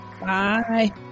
Bye